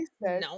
No